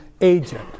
agent